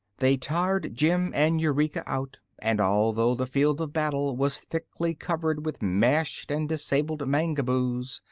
they tired jim and eureka out, and although the field of battle was thickly covered with mashed and disabled mangaboos,